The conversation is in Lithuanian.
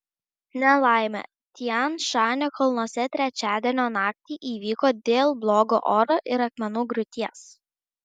nelaimė tian šanio kalnuose trečiadienio naktį įvyko dėl blogo oro ir akmenų griūties